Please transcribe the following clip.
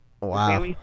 Wow